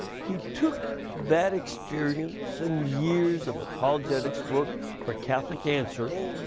he took that experience and years of apologetics work for catholic answers,